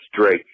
Drake